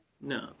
No